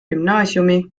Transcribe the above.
gümnaasiumi